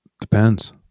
Depends